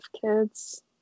kids